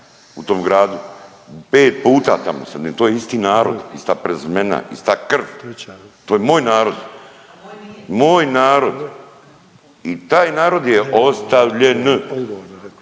…/Govornik se ne razumije./… to je isti narod, ista prezimena, ista krv, to je moj narod. Moj narod i taj narod je ostavljen,